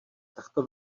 takto